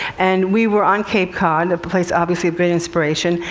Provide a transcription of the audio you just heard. and we were on cape cod, a place, obviously, of great inspiration,